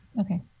okay